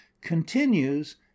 continues